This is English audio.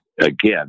again